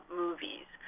movies